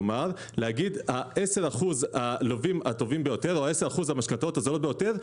כלומר להגיד ש-10% הלווים הטובים ביותר או 10% המשכנתאות הזולות ביותר,